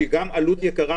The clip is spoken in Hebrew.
שהיא גם עלות יקרה,